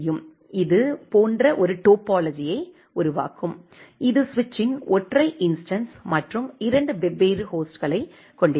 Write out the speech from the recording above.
இது இது போன்ற ஒரு டோபோலொஜியை உருவாக்கும் இது சுவிட்சின் ஒற்றை இன்ஸ்டன்ஸ் மற்றும் இரண்டு வெவ்வேறு ஹோஸ்ட்களைக் கொண்டிருக்கும்